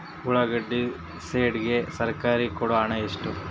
ಉಳ್ಳಾಗಡ್ಡಿ ಶೆಡ್ ಗೆ ಸರ್ಕಾರ ಕೊಡು ಹಣ ಎಷ್ಟು?